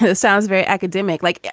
so sounds very academic. like, yeah